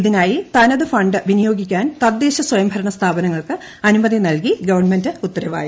ഇതിനായി തനതുഫണ്ട് വിനിയോഗിക്കാൻ തദ്ദേശസ്വയംഭരണ സ്ഥാപനങ്ങൾക്ക് അനുമതി നൽകി ഗവൺമെന്റ് ഉത്തരവായി